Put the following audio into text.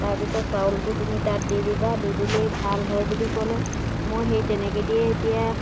তাৰপিছত চাউলটো তুমি তাত দি দিবা দি দিলেই ভাল হয় বুলি ক'লে মই সেই তেনেকৈ দিয়ে এতিয়া